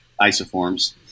isoforms